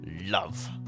love